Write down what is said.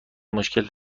مشکل